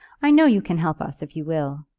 i know you can help us if you will.